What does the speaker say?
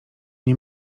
nie